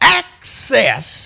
access